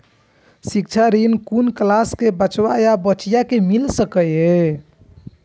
शिक्षा ऋण कुन क्लास कै बचवा या बचिया कै मिल सके यै?